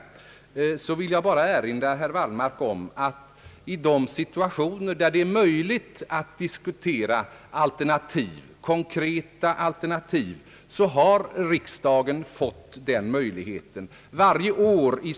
Jag vill bara erinra herr Wallmark om att i de situationer där det är möjligt att diskutera konkreta alternativ har riksdagen fått möjlighet därtill.